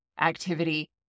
activity